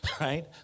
Right